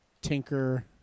tinker